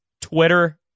Twitter